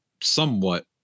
somewhat